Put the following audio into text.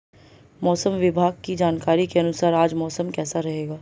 मौसम विभाग की जानकारी के अनुसार आज मौसम कैसा रहेगा?